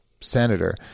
senator